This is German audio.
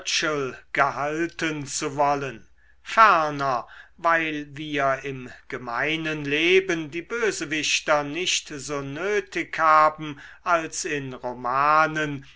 gelten zu wollen ferner weil wir im gemeinen leben die bösewichter nicht so nötig haben als in romanen